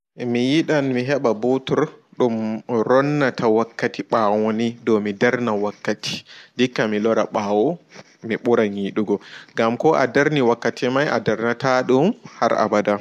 Mi yiɗan mi ɓootur ɗum lornata wakkati ɓaawo ni ɗou mi ɗarna wakkati nɗikka mi lora ɓaawo mi ɓuran yiɗugo ngam ko a ɗarni wakkati mai a ɗarnata ɗum har aɓaɗa